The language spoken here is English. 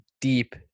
deep